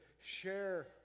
share